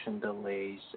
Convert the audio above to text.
delays